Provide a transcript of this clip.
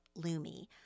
Lumi